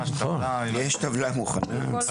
יש טבלה מוכנה.